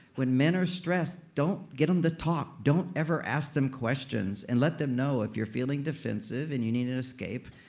when men are stressed, don't get them to talk. don't ever ask them questions. and let them know, if you're feeling defensive, and you need an escape,